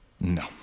No